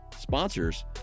sponsors